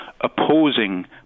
opposing